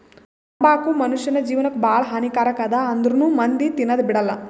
ತಂಬಾಕು ಮುನುಷ್ಯನ್ ಜೇವನಕ್ ಭಾಳ ಹಾನಿ ಕಾರಕ್ ಅದಾ ಆಂದ್ರುನೂ ಮಂದಿ ತಿನದ್ ಬಿಡಲ್ಲ